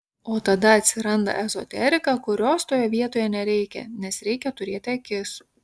o tada atsiranda ezoterika kurios toje vietoje nereikia nes reikia turėti akis